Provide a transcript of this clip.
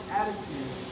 attitude